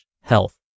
health